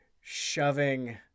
shoving